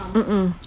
mm mm